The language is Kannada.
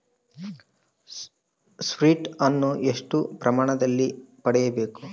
ಸ್ಪ್ರಿಂಟ್ ಅನ್ನು ಎಷ್ಟು ಪ್ರಮಾಣದಲ್ಲಿ ಹೊಡೆಯಬೇಕು?